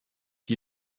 die